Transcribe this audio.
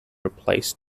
replace